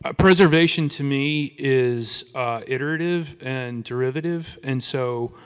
ah preservation to me is iterative and derivative. and so,